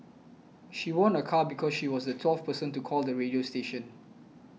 she won a car because she was the twelfth person to call the radio station